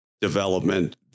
development